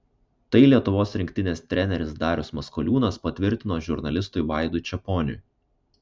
tai lietuvos rinktinės treneris darius maskoliūnas patvirtino žurnalistui vaidui čeponiui